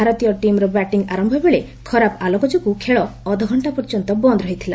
ଭାରତୀୟ ଟିମ୍ର ବ୍ୟାଟିଂ ଆରମ୍ଭ ବେଳେ ଖରାପ ଆଲୋକ ଯୋଗୁଁ ଖେଳ ଅଧଘଣ୍ଟା ପର୍ଯ୍ୟନ୍ତ ବନ୍ଦ ରହିଥିଲା